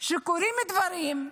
שקורים דברים,